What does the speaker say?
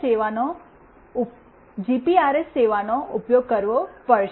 સેવાનો ઉપયોગ કરવો પડશે